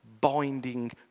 binding